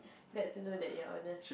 get to know that you're ernest